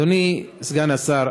אדוני סגן השר,